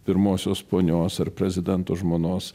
pirmosios ponios ar prezidento žmonos